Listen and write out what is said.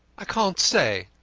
i can't say.